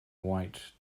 white